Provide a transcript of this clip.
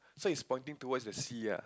so it's pointing towards the sea ah